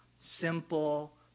simple